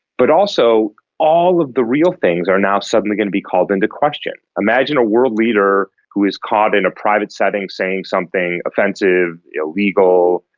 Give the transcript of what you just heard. but also all of the real things are now suddenly going to be called into question. imagine a world leader who is caught in a private setting saying something offensive, illegal,